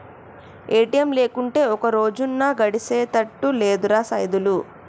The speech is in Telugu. ఏ.టి.ఎమ్ లేకుంటే ఒక్కరోజన్నా గడిసెతట్టు లేదురా సైదులు